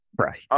right